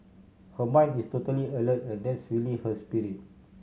her mind is totally alert and that's really her spirit